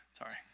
Sorry